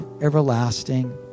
everlasting